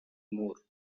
more